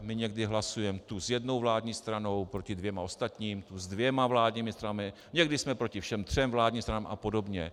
My někdy hlasujeme tu s jednou vládní stranou proti dvěma ostatním, se dvěma vládními stranami, někdy jsme proti všem třem vládním stranám a podobně.